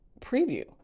preview